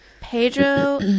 Pedro